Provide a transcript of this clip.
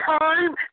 time